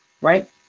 right